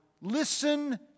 listen